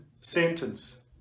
sentence